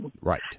Right